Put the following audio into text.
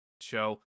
show